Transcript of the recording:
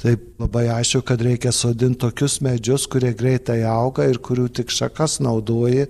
taip labai aišku kad reikia sodint tokius medžius kurie greitai auga ir kurių tik šakas naudoji